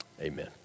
Amen